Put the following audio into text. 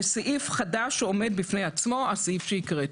וסעיף חדש שעומד בפני עצמו הסעיף שהקראתי.